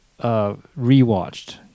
rewatched